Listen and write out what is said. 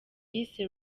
yise